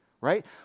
right